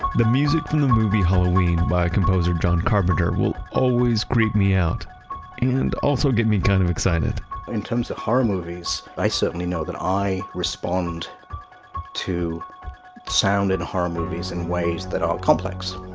the music from the movie halloween by composer john carpenter will always creep me out and also get me kind of excited in terms of horror movies, i certainly know that i respond to sound in horror movies in ways that are complex.